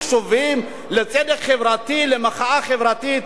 אנחנו קשובים לצדק חברתי, למחאה חברתית.